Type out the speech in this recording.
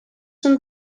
són